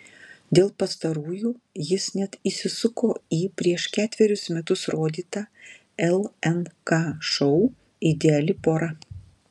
dėl pastarųjų jis net įsisuko į prieš ketverius metus rodytą lnk šou ideali pora